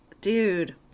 Dude